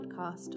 podcast